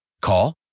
Call